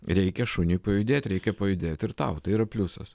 reikia šuniui pajudėt reikia pajudėt ir tau tai yra pliusas